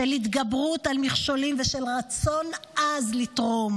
של התגברות על מכשולים ושל רצון עז לתרום.